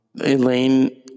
Elaine